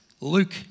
Luke